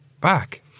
back